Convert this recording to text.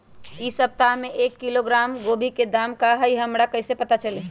इ सप्ताह में एक किलोग्राम गोभी के दाम का हई हमरा कईसे पता चली?